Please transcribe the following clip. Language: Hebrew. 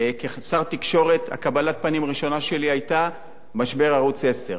כשר תקשורת קבלת הפנים הראשונה שלי היתה משבר ערוץ-10.